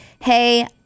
hey